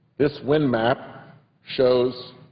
this wind map shows